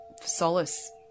solace